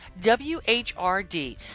WHRD